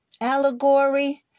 allegory